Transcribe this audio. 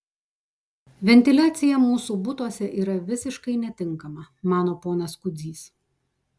ventiliacija mūsų butuose yra visiškai netinkama mano ponas kudzys